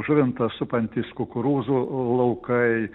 žuvinto supantys kukurūzų laukai